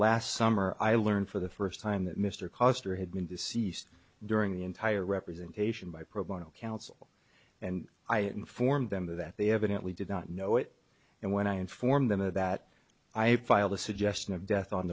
last summer i learned for the first time that mr coster had been deceased during the entire representation by pro bono counsel and i informed them that they evidently did not know it and when i informed them of that i have filed a suggestion of death on